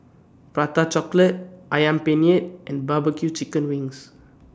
Prata Chocolate Ayam Penyet and barbecure Chicken Wings